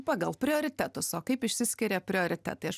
pagal prioritetus o kaip išsiskiria prioritetai aš